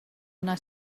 una